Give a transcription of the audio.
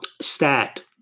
Stat